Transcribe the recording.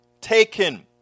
taken